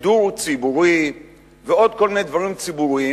שידור ציבורי ועל עוד כל מיני דברים ציבוריים,